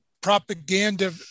propaganda